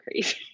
crazy